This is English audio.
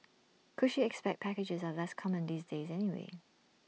cushy expat packages are less common these days anyway